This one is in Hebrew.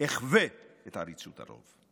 אחווה את עריצות הרוב.